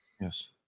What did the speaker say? Yes